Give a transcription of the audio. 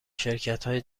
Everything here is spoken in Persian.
شرکتهای